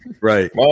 Right